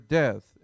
death